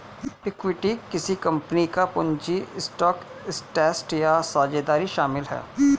equity किसी company का पूंजी स्टॉक ट्रस्ट या साझेदारी शामिल है